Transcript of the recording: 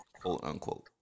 quote-unquote